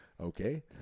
Okay